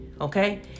Okay